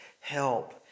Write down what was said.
help